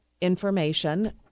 information